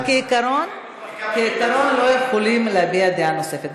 אבל כעיקרון, לא יכולים להביע דעה נוספת.